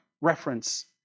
reference